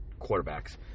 quarterbacks